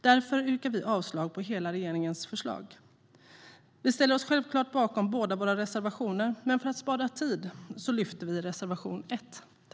Därför yrkar jag avslag på hela regeringens förslag. Vi ställer oss självklart bakom båda våra reservationer, men för att spara tid yrkar jag bifall bara till reservation 1.